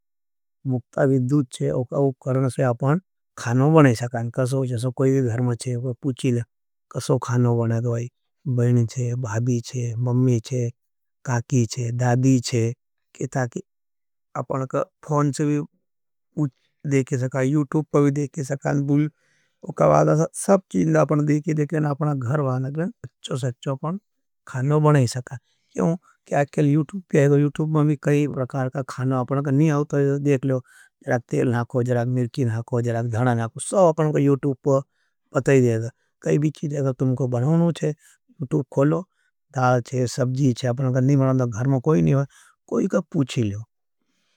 मुक्ता विद्धूत छे, वो करने से आपका खानों बने सकाँ। कसो जैसे कोई धर्म है, पूछी ले कसो खानों बने दौई। बैणी है, भाभी है, मम्मी है, काकी है, दादी है। पूछी ले कसो खानों बने सकाँ। यूट्यूब पर देख सके। घर वालों कण अच्छों से अच्छों कहना बना सकें। केई बिकी जगह उन्हे बनवाना से। कोई के पूछी लो।